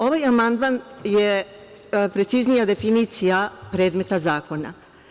Ovaj amandman je preciznija definicija predmeta zakona.